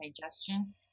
digestion